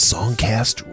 SongCast